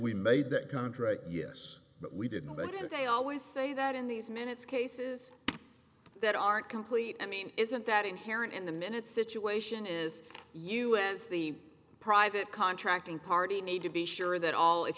we made that contract yes but we did know that if they always say that in these minutes cases that aren't complete i mean isn't that inherent in the minute situation is you as the private contracting party need to be sure that all if